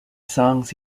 songs